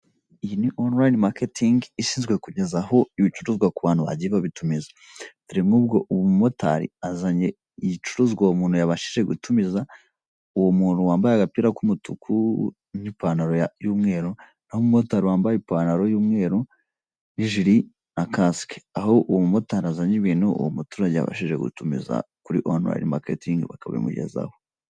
Iyi ni online marketing isizwe kugezaho ibicuruzwa ku bantu agiye babitumiza. Dore nk'ubwo umumotari azanye igicuruzwa umuntu yabashije gutumiza, uwo muntu wambaye agapira k'umutuku n'ipantaro ya y'umweru, naho umumotari wambaye ipantaro y'umweru, n'ijiri na cask. Aho umumotari azanye ibintu, uwo muturage yabashije gutumiza kuri online marketing bakabimugezaho.